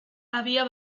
había